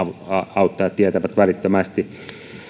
auttajat tietävät välittömästi